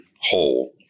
whole